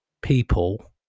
people